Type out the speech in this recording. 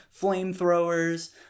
flamethrowers